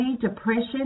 depression